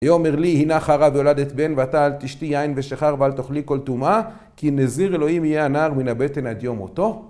ויאמר לי הנך הרה וילדת בן ועתה אל תשתי יין ושכר ואל תאכלי כל טמאה כי נזיר אלהים יהיה הנער מן הבטן עד יום מותו